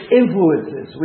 influences